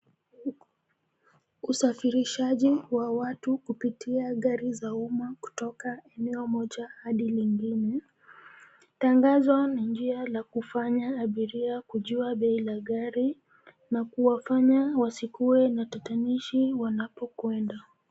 Usafirishaji wa watu kupitia gari za umma kutoka eneo moja hadi lingine. Tangazo ni njia la kufanya abiria kujua bei ya gari na kuwafanya wasikue na tatanishi wanapokwenda .